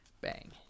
Bang